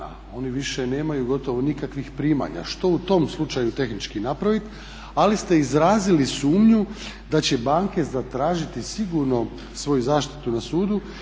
oni više nemaju gotovo nikakvih primanja. Što u tom slučaju tehnički napraviti? Ali ste izrazili sumnju da će banke zatražiti sigurno svoju zaštitu na sudu